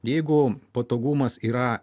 jeigu patogumas yra